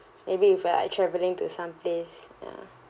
maybe if we are traveling to some place ya